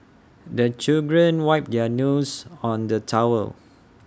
the children wipe their noses on the towel